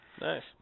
Nice